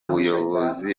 ubuyobozi